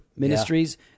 ministries